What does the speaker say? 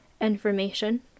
Information